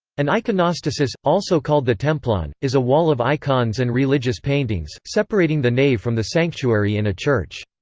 an iconostasis, also called the templon, is a wall of icons and religious paintings, separating the nave from the sanctuary in a church.